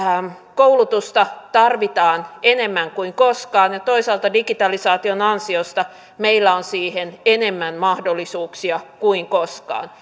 koulutusta tarvitaan enemmän kuin koskaan ja toisaalta digitalisaation ansiosta meillä on siihen enemmän mahdollisuuksia kuin koskaan